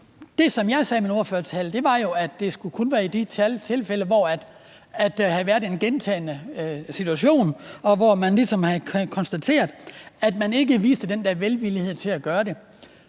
Det, som jeg sagde i min ordførertale, var, at det kun skulle være i de særlige tilfælde, hvor der har været en situation gentagne gange, og hvor man ligesom har konstateret, at man ikke viste den der velvillighed til at gøre det.